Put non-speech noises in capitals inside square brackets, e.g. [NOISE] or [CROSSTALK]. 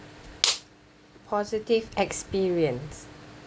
[NOISE] positive experience